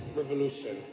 revolution